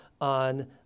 on